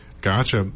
Gotcha